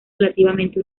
relativamente